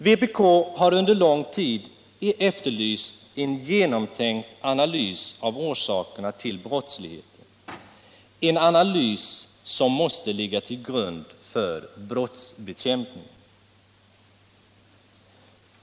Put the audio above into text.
Vpk har under lång tid efterlyst en genomtänkt analys av orsakerna till brottslighet, en analys som måste bli en grund för brottsbekämpningen.